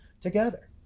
together